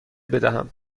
بدهم